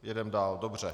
Jedeme dál, dobře.